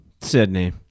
Sydney